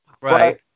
Right